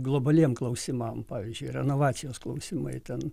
globaliem klausimam pavyzdžiui renovacijos klausimai ten